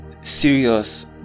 serious